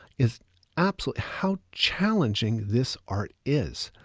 is absolutely how challenging this art is.